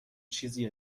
چیزی